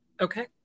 Okay